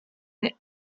the